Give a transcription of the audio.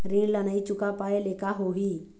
ऋण ला नई चुका पाय ले का होही?